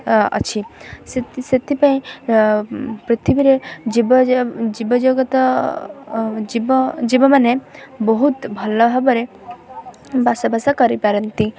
ଅଛି ସେଥିପାଇଁ ପୃଥିବୀରେ ଜୀବଜଗତ ଜୀବମାନେ ବହୁତ ଭଲଭାବରେ ବାସବାସ କରିପାରନ୍ତି